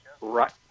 right